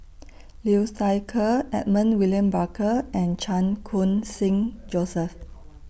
Liu Thai Ker Edmund William Barker and Chan Khun Sing Joseph